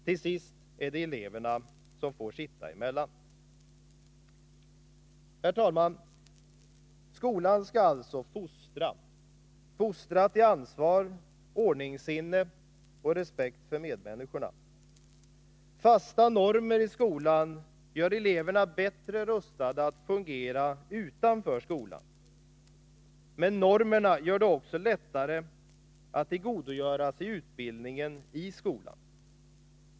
Till sist är det eleverna som får sitta emellan. Herr talman! Skolan skall alltså fostra, fostra till ansvar, ordningssinne och respekt för medmänniskorna. Fasta normer i skolan gör eleverna bättre rustade att fungera utanför skolan. Men normerna gör det också lättare att tillgodogöra sig utbildningen i skolan.